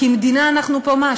כמדינה אנחנו פה מה,